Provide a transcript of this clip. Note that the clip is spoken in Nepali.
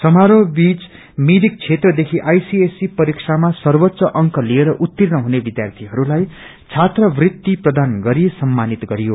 सामारोह बीच मिरिक क्षेत्रदेखि आईसीएसई परीक्षामा सर्वोच्च अंक लिएर उर्त्तीण हुने विष्यार्यीहस्लाई छात्रवृत्ति प्रदान गरी सम्मानित गरियो